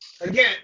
Again